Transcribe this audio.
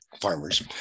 farmers